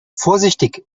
vorsichtig